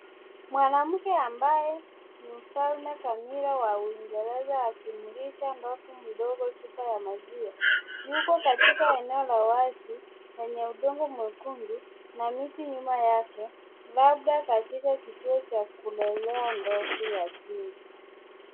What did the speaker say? Mwanamke ambaye ni mfalme kamili wa Uingereza akimlisha ndovu mdogo chupa ya maziwa. Yuko katika eneo la wazi lenye udongo mwekundu na miti nyuma yake labda katika kituo cha kulelea ndovu yatima.